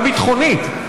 גם ביטחונית,